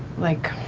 like,